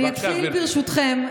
אני אתחיל ברשותכם,